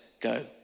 go